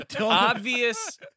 Obvious